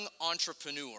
entrepreneur